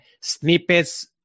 snippets